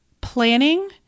planning